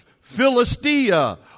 Philistia